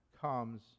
comes